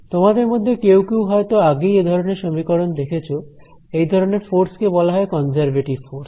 তোমাদের মধ্যে কেউ কেউ হয়তো আগেই এ ধরনের সমীকরণ দেখেছো এই ধরনের ফোর্স কে বলা হয় কনজারভেটিভ ফোর্স